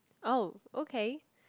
oh okay